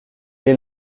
est